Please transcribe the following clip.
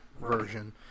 version